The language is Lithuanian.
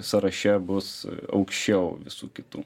sąraše bus aukščiau visų kitų